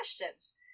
questions